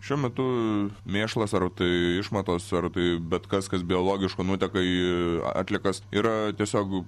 šiuo metu mėšlas ar tai išmatos ar tai bet kas kas biologiško nuteka į atliekas yra tiesiog